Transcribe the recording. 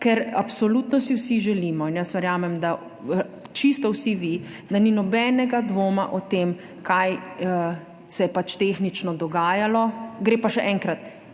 si absolutno vsi želimo, in jaz verjamem, da čisto vsi vi, da ni nobenega dvoma o tem, kaj se je tehnično dogajalo – pa še enkrat,